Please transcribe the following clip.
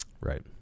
Right